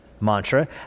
mantra